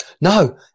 No